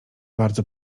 bardzo